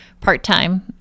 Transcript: part-time